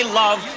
love